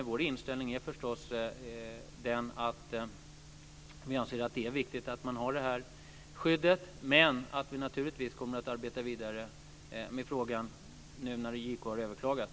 Vår inställning är förstås att det är viktigt att ha detta skydd, och vi kommer att arbeta vidare med frågan nu när JK har överklagat.